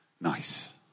Nice